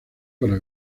para